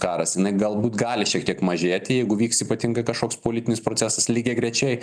karas jinai galbūt gali šiek tiek mažėti jeigu vyks ypatingai kažkoks politinis procesas lygiagrečiai